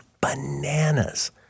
bananas